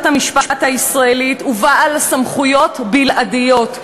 המשפט הישראלית ובעל סמכויות בלעדיות.